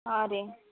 ಹಾಂ ರೀ